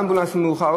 האמבולנס הגיע מאוחר.